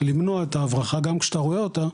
למנוע את ההברחה גם כשאתה רואה אותה,